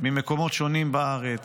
ממקומות שונים בארץ,